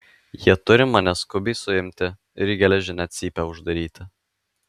jie turi mane skubiai suimti ir į geležinę cypę uždaryti